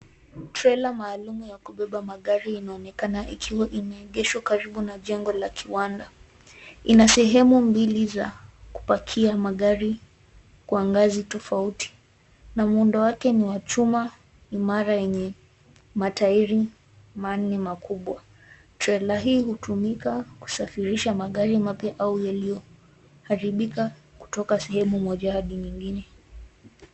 Trela maalum ya kubeba magari inaonekana ikiwa imeegeshwa karibu na jengo la kiwanda. Ina sehemu mbili za kupakia magari kwa ngazi tofauti na muundo wake ni wa chuma imara yenye matairi manne makubwa. Trela hii hutumika kusafirisha magari mapya au yaliyoharibika kutoka sehemu moja hadi nyingine.